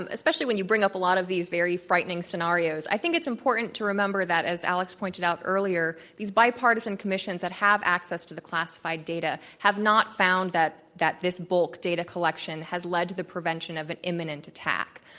and especially when you bring up a lot of these very frightening scenarios, i think it's important to remember that, as alex pointed out earlier, these bipartisan commissions that have access to the classified data have not found that that this bulk dat a collection has led to the prevention of an imminent attack.